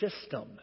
system